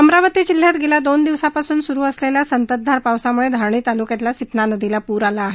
अमरावती जिल्ह्यात गेल्या दोन दिवसापासून सुरु असलेल्या संततधार पावसामुळे धारणी तालुक्यातील सिपना नदीला पूर आला आहे